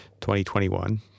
2021